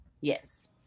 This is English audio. Yes